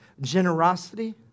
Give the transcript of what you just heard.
generosity